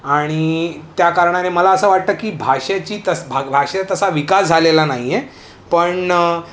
आणि त्या कारणाने मला असं वाटतं की भाषेची तस भा भाषेचा तसा विकास झालेला नाही आहे पण